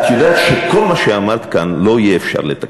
את יודעת שאת כל מה שאמרת כאן לא יהיה אפשר לתקן,